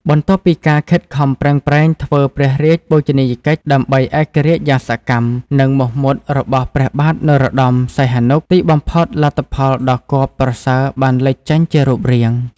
បន្ទាប់ពីការខិតខំប្រឹងប្រែងធ្វើព្រះរាជបូជនីយកិច្ចដើម្បីឯករាជ្យយ៉ាងសកម្ម និងមោះមុតរបស់ព្រះបាទនរោត្ដម សីហនុ ទីបំផុតលទ្ធផលដ៏គាប់ប្រសើរបានលេចចេញជារូបរាង។